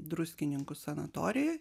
druskininkų sanatorijoj